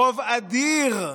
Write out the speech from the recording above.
רוב אדיר,